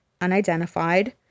unidentified